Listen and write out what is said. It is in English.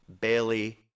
Bailey